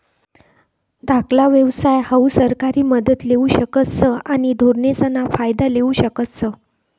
धाकला व्यवसाय हाऊ सरकारी मदत लेवू शकतस आणि धोरणेसना फायदा लेवू शकतस